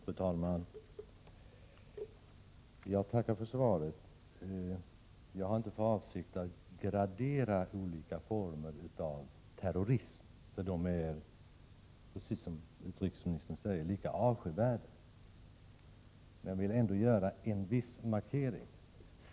Fru talman! Jag tackar för svaret. Jag har inte för avsikt att gradera olika former av terrorism. De är alla, precis som utrikesministern säger, lika avskyvärda. Men jag vill ändå i detta sammanhang göra en viss markering.